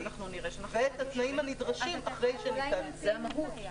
ואת התנאים הנדרשים אחרי --- זו המהות.